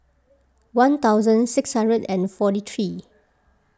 one thousand six hundred and forty three